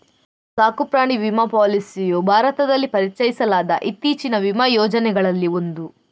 ಸಾಕು ಪ್ರಾಣಿ ವಿಮಾ ಪಾಲಿಸಿಯು ಭಾರತದಲ್ಲಿ ಪರಿಚಯಿಸಲಾದ ಇತ್ತೀಚಿನ ವಿಮಾ ಯೋಜನೆಗಳಲ್ಲಿ ಒಂದು